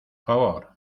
favor